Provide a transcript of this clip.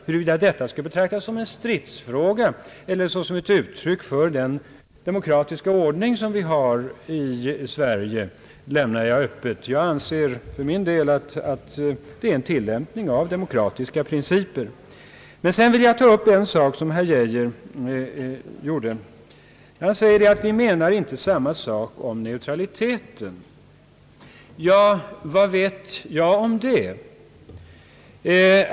Huruvida detta skall betraktas såsom en stridsfråga eller såsom ett uttryck för den demokratiska ordning som vi har i Sverige lämnar jag öppet. Jag anser för min del, att det är en tillämpning av demokratiska principer. Sedan vill jag ta upp en annan sak. Herr Geijer sade, att vi inte menade samma sak i fråga om neutraliteten. Vad vet vi om det?